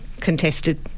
contested